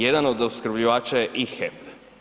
Jedan od opskrbljivača je i HEP.